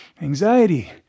anxiety